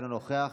אינו נוכח,